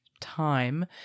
time